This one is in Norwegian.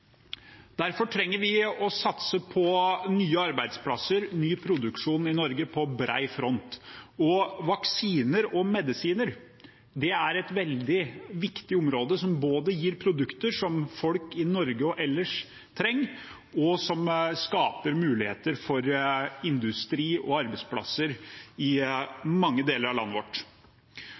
Derfor trenger vi å satse på nye arbeidsplasser, ny produksjon i Norge, på bred front. Og: Vaksiner og medisiner er et veldig viktig område som både gir produkter som folk i Norge og ellers trenger, og som skaper muligheter for industri og arbeidsplasser i mange deler av landet vårt.